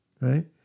right